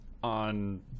on